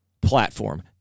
platform